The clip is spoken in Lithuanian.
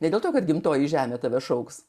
ne dėl to kad gimtoji žemė tave šauks